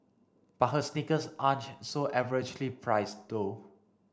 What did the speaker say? but her sneakers aren't so averagely priced though